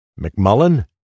McMullen